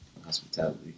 hospitality